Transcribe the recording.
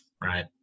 right